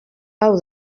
hau